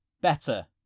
better